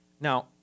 Now